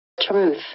Truth